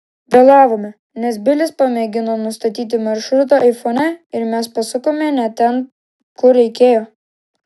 vėlavome nes bilis pamėgino nustatyti maršrutą aifone ir mes pasukome ne ten kur reikėjo